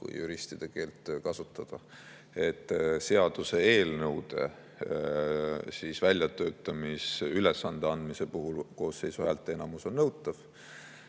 kui juristide keelt kasutada –, et seaduseelnõude väljatöötamisülesande andmise puhul koosseisu häälteenamus on nõutav.